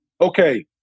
okay